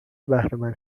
بهرهمند